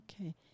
Okay